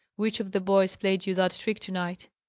which of the boys played you that trick to-night?